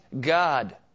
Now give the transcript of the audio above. God